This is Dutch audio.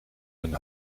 een